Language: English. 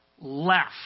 left